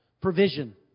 provision